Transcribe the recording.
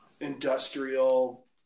industrial